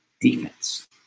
defense